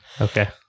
Okay